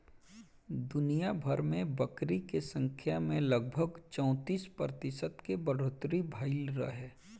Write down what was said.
दुनियाभर में बकरी के संख्या में लगभग चौंतीस प्रतिशत के बढ़ोतरी भईल रहे